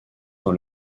dans